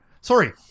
Sorry